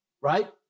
Right